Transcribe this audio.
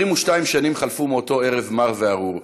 22 שנים חלפו מאותו ערב מר וארור,